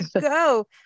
go